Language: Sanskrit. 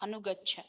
अनुगच्छ